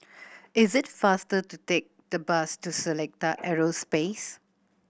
is it faster to take the bus to Seletar Aerospace